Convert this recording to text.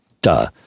duh